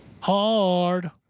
Hard